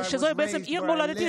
שהיא עיר הולדתי,